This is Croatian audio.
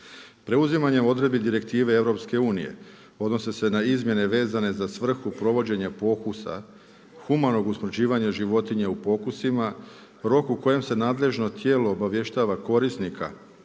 Preuzimanjem odredbi direktive EU-a odnose se na izmjene vezane za svrhu provođenja pokusa humanog usmrćivanja životinje u pokusima. Rok u kojem nadležno tijelo obavještava korisnika